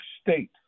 State